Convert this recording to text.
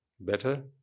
Better